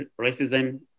racism